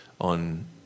on